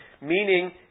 Meaning